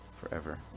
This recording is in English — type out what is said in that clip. forever